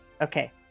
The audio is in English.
Okay